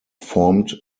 formed